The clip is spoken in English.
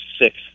six